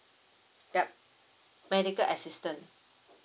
ya medical assistance